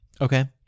okay